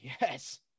yes